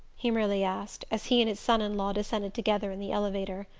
he merely asked, as he and his son-in-law descended together in the elevator.